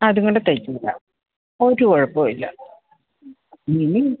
ആ അതുകൊണ്ട് തയ്ച്ചുവിടാം ഒരു കുഴപ്പവുമില്ല മിനി